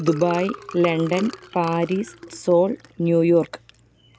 Dubai London Paris Seoul New York